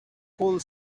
whole